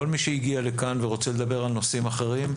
כל מי שהגיע לכאן ורוצה לדבר על נושאים אחרים,